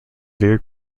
very